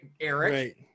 Eric